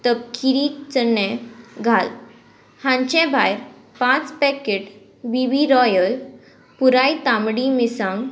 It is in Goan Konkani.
तपकिरी चणे घाल हांचे भायर पांच पॅकेट बी बी रॉयल पुराय तांबडी मिरसांग